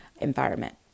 environment